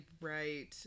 right